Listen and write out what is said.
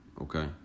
okay